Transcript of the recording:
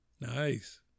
Nice